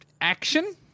action